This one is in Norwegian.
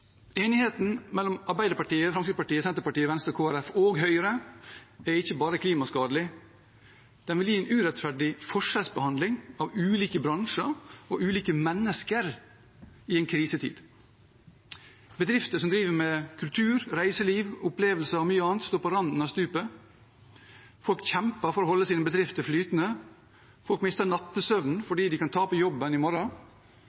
Enigheten mellom Arbeiderpartiet, Fremskrittspartiet, Senterpartiet, Venstre, Kristelig Folkeparti og Høyre er ikke bare klimaskadelig, den vil gi en urettferdig forskjellsbehandling av ulike bransjer og ulike mennesker i en krisetid. Bedrifter som driver med kultur, reiseliv, opplevelser og mye annet, står på randen av stupet. Folk kjemper for å holde sine bedrifter flytende. Folk mister